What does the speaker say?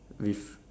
with